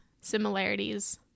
similarities